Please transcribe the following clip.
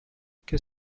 qu’est